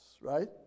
right